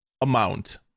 amount